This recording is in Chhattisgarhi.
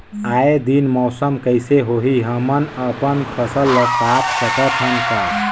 आय दिन मौसम कइसे होही, हमन अपन फसल ल काट सकत हन का?